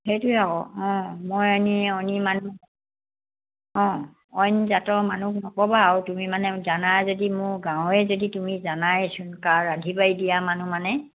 সেইটোৱে আকৌ অঁ মই এনে অন্য় মানুহ অঁ অইন জাতৰ মানুহক নক'বা আৰু তুমি মানে জানা যদি মোৰ গাঁৱৰে যদি তুমি জানাইচোন কাৰ ৰান্ধি বাঢ়ি দিয়া মানুহ মানে